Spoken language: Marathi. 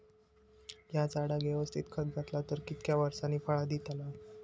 हया झाडाक यवस्तित खत घातला तर कितक्या वरसांनी फळा दीताला?